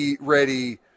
ready